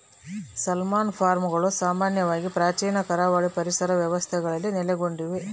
salmon ಫಾರ್ಮ್ಗಳು ಸಾಮಾನ್ಯವಾಗಿ ಪ್ರಾಚೀನ ಕರಾವಳಿ ಪರಿಸರ ವ್ಯವಸ್ಥೆಗಳಲ್ಲಿ ನೆಲೆಗೊಂಡಿವೆ